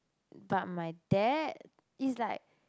but my dad is like